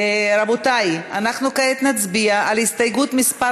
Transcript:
רבותי, אנחנו כעת נצביע על הסתייגות מס'